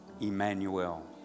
Emmanuel